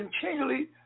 continually